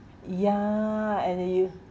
ya and then you